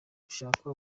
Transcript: gushaka